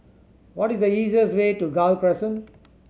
what is the easiest way to Gul Crescent